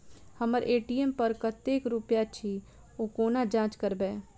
हम्मर ए.टी.एम पर कतेक रुपया अछि, ओ कोना जाँच करबै?